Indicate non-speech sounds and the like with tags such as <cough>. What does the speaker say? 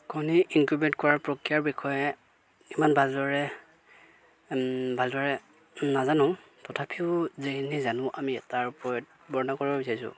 <unintelligible> incubate কৰাৰ প্ৰক্ৰিয়াৰ বিষয়ে ইমান ভালদৰে ভালদৰে নাজানোঁ তথাপিও যিখিনি জানো আমি তাৰ ওপৰত বৰ্ণনা কৰিব বিচাৰিছোঁ